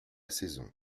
saison